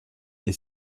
est